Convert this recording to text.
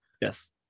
yes